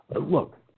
Look